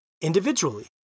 individually